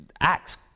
Acts